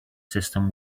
system